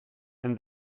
and